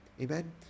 Amen